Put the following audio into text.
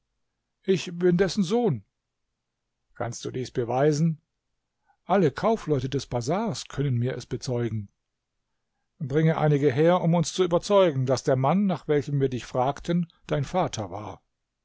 ich bin dessen sohn kannst du dies beweisen alle kaufleute des bazars können mir es bezeugen bringe einige her um uns zu überzeugen daß der mann nach welchem wir dich fragten dein vater war